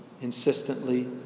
insistently